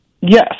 Yes